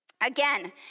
Again